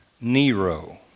Nero